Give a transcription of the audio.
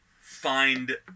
find